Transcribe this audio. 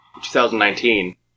2019